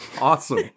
Awesome